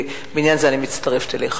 ובעניין הזה אני מצטרפת אליך.